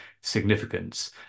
significance